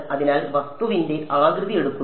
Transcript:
അതിനാൽ വസ്തുവിന്റെ ആകൃതി എടുക്കുന്നു